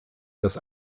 das